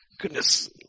Goodness